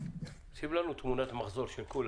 כן,